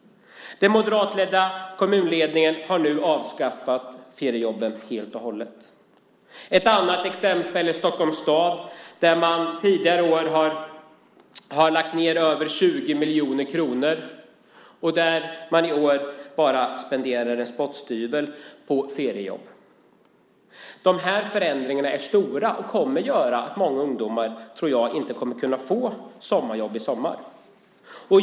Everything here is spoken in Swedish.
Den moderatledda kommunledningen har nu avskaffat feriejobben helt och hållet. Ett annat exempel är Stockholms stad där man tidigare år har lagt ned över 20 miljoner kronor. I år spenderar man bara en spottstyver på feriejobb. Detta är stora förändringar som kommer att göra att många ungdomar inte kommer att kunna få sommarjobb i sommar.